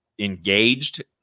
engaged